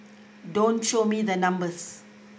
don't show me the numbers